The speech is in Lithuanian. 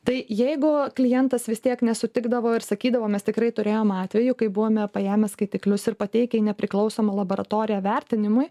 tai jeigu klientas vis tiek nesutikdavo ir sakydavo mes tikrai turėjom atvejų kai buvome paėmę skaitiklius ir pateikę į nepriklausomą labaratoriją vertinimui